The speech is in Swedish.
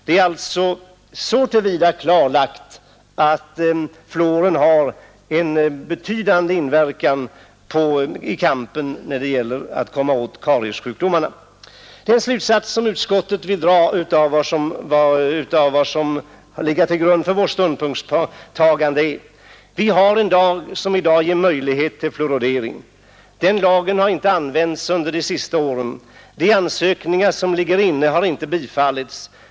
Det är alltså klarlagt att fluoren har en betydande verkan i kampen mot kariessjukdomarna. De slutsatser som har legat till grund för utskottets ståndpunktstagande är följande: Vi har en lag som i dag ger möjlighet till fluoridering. Den lagen har inte använts under de senaste åren. De ansökningar som ligger inne har inte bifallits.